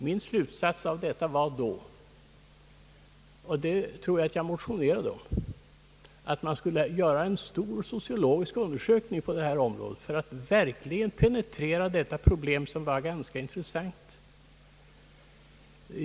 Min slutsats av detta var då — och det tror jag att jag motionerade om — att man skulle göra en stor sociologisk undersökning på detta område för att verkligen penetrera problemet som ju är mycket intressant.